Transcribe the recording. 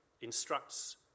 instructs